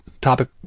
topic